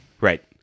Right